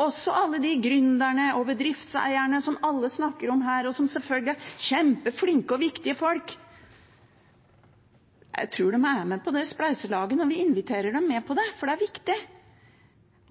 også alle gründerne og bedriftseierne som alle snakker om her, som selvfølgelig er kjempeflinke og viktige folk, er med på det spleiselaget når vi inviterer med på det, for det er viktig.